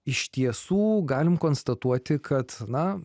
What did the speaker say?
iš tiesų galim konstatuoti kad na